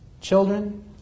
Children